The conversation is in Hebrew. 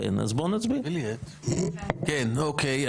100%, אוקיי.